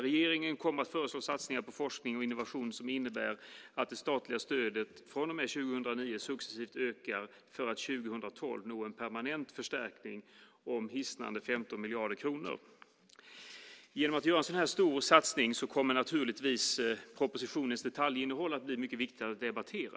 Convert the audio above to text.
Regeringen kommer att föreslå satsningar på forskning och innovation som innebär att det statliga stödet från och med 2009 successivt ökar för att 2012 nå en permanent förstärkning om hisnande 15 miljarder kronor. Genom att göra en så stor satsning kommer propositionens detaljinnehåll naturligtvis att bli mycket viktigt att debattera.